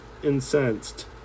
incensed